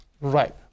Right